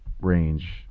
range